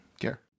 care